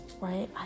right